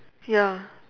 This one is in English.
ya